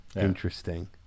interesting